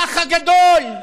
האח הגדול,